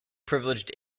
privileged